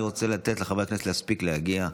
אני רוצה לתת לחבר הכנסת להספיק להגיע.